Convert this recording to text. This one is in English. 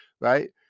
right